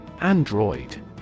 Android